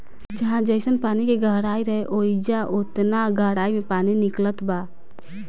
जहाँ जइसन पानी के गहराई रहे, ओइजा ओतना गहराई मे पानी निकलत बा